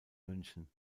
münchen